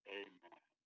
amen